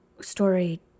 story